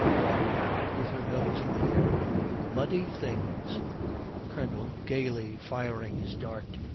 barbara, with her nose in the air, you muddy things colonel, gaily firing his dart,